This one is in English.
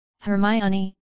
Hermione